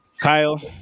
Kyle